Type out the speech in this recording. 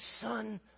son